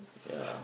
ya